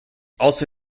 also